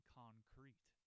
concrete